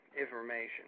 information